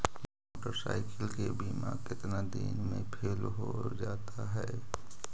Motorcycle के बिमा केतना दिन मे फेल हो जा है?